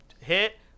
hit